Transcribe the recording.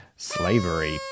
Slavery